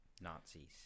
Nazis